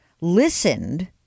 listened